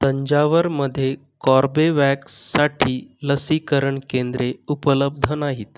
तंजावरमध्ये कॉर्बेवॅक्ससाठी लसीकरण केंद्रे उपलब्ध नाहीत